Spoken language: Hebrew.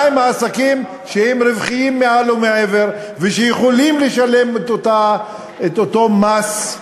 מה עם העסקים שהם רווחיים מעל ומעבר ויכולים לשלם את אותו מס,